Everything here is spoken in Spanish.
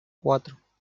cuatro